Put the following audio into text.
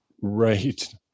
Right